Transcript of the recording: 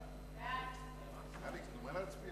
11,